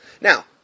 Now